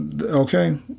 Okay